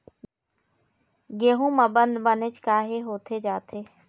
गेहूं म बंद बनेच काहे होथे जाथे?